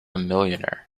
millionaire